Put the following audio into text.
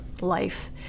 life